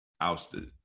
ousted